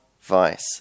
Vice